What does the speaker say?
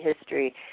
history